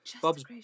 Bob's